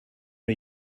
are